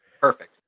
Perfect